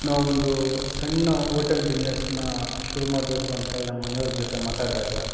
ನಾ ಒಂದು ಸಣ್ಣ ಓಟೆಲ್ ಬಿಸ್ನೆಸ್ನ ಶುರು ಮಾಡಬೇಕು ಅಂತೇಳಿ ನಮ್ಮ ಮನೆಯವ್ರ ಜೊತೆ ಮಾತಾಡಿದಾಗ